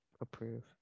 Approve